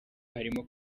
harimo